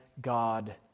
God